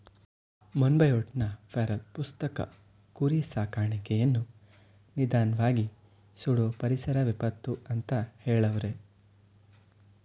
ಮೊನ್ಬಯೋಟ್ನ feral ಪುಸ್ತಕ ಕುರಿ ಸಾಕಾಣಿಕೆಯನ್ನು ನಿಧಾನ್ವಾಗಿ ಸುಡೋ ಪರಿಸರ ವಿಪತ್ತು ಅಂತ ಹೆಳವ್ರೆ